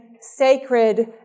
sacred